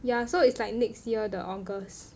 ya so it's like next year the August